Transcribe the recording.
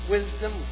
Wisdom